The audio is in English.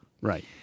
Right